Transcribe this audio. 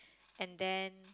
and then